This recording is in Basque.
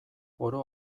oro